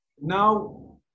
now